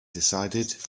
decided